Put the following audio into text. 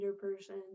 person